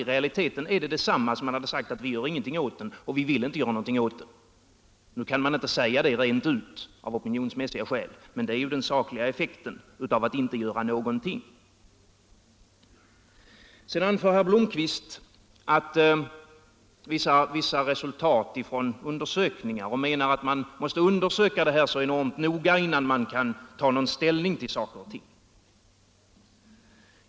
I realiteten är det detsamma som att säga: Vi gör ingenting åt detta, vi vill inte göra någonting åt det. Av opinionsmässiga skäl kan man inte säga det rent ut, men det är den sakliga effekten av att inte göra någonting. Herr Blomkvist refererade resultaten av vissa undersökningar och menade att man måste undersöka detta mycket noggrant innan man kan ta ställning.